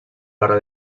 barra